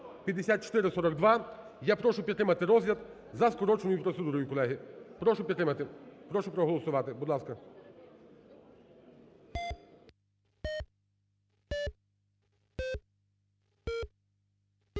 Я прошу підтримати розгляд за скороченою процедуро, колеги. Прошу підтримати. Прошу проголосувати. Будь ласка.